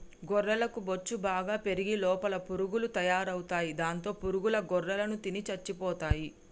గొర్రెలకు బొచ్చు బాగా పెరిగి లోపల పురుగులు తయారవుతాయి దాంతో పురుగుల గొర్రెలను తిని చచ్చిపోతాయి